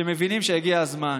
שמבינים שהגיע הזמן.